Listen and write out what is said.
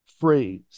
phrase